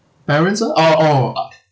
parents orh uh oh uh